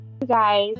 Guys